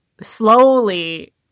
slowly